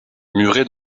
murée